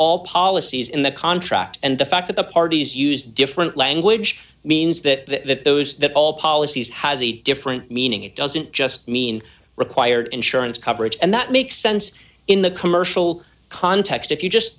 all policies in the contract and the fact that the parties use different language means that those that all policies has a different meaning it doesn't just mean require insurance coverage and that makes sense in the commercial context if you just